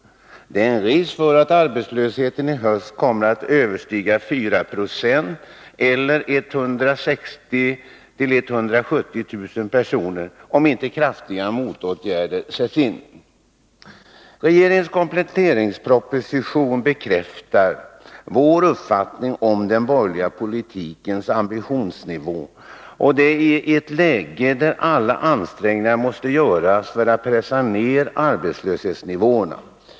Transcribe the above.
Det är risk för att arbetslösheten i höst kommer att överstiga 4 90 eller 160 000-170 000 personer — om inte kraftiga motåtgärder sätts in. Regeringens kompletteringsproposition bekräftar vår uppfattning om den borgerliga politikens bristande ambitionsnivå, och det i ett läge där alla ansträngningar måste göras för att pressa ned arbetslöshetsnivåerna.